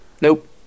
Nope